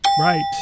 Right